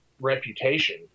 reputation